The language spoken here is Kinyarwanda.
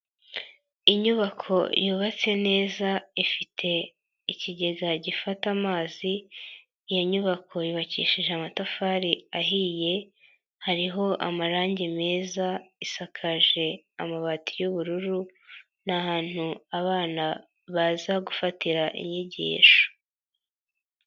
Inyubako yubatse neza, ifite ikigega gifata amazi, iyo nyubako yubakishije amatafari ahiye, hariho amarangi meza, isakaje amabati y'ubururu, n'ahantu abana baza gufatira inyigisho.